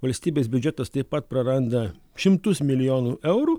valstybės biudžetas taip pat praranda šimtus milijonų eurų